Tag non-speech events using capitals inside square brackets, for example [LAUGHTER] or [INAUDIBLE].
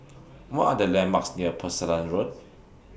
What Are The landmarks near [UNINTELLIGIBLE] Road